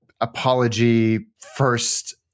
apology-first